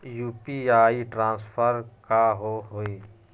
UPI transfer का होव हई?